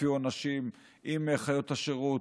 הופיעו אנשים עם חיות השירות,